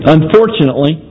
Unfortunately